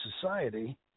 society